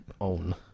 own